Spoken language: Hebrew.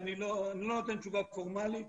אני לא נותן תשובה פורמלית,